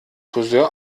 frisör